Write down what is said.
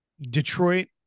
Detroit